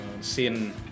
Sin